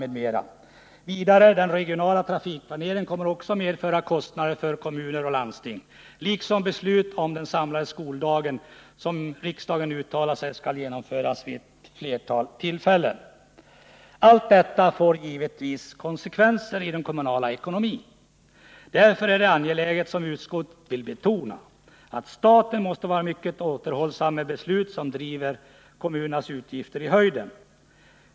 Vidare kommer den regionala trafikplaneringen att medföra kostnader för kommuner och landsting, liksom beslutet om den samlade skoldagen. Riksdagen har ju vid ett flertal tillfällen uttalat sig för att denna skall genomföras. Allt detta får givetvis konsekvenser i den kommunala ekonomin. Därför är det, som utskottet vill betona, angeläget att staten är mycket återhållsam med beslut som driver de kommunala utgifterna i höjden.